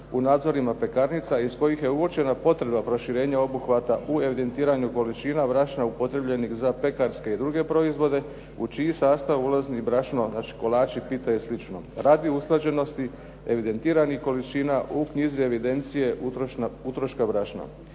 u nadzorima pekarnica iz kojih je uočena potreba proširenja obuhvata u evidentiranju količina brašna upotrijebljenih za pekarske i druge proizvode u čiji sastav ulazi i brašno, znači kolači, pite i slično radi usklađenosti evidentiranih količina u knjizi evidencije utroška brašna.